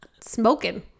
smoking